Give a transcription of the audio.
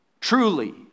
truly